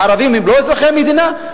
הערבים הם לא אזרחי המדינה?